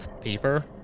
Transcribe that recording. paper